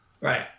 Right